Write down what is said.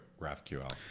GraphQL